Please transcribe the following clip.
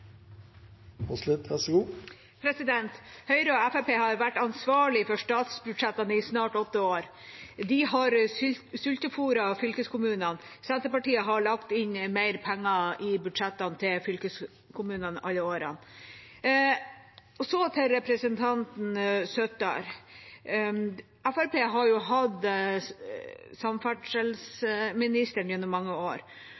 Høyre og Fremskrittspartiet har vært ansvarlig for statsbudsjettene i snart åtte år. De har sultefôret fylkeskommunene. Senterpartiet har lagt inn mer penger i budsjettene til fylkeskommunene alle de årene. Så til representanten Søttar: Fremskrittspartiet har hatt